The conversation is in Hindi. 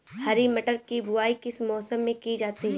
हरी मटर की बुवाई किस मौसम में की जाती है?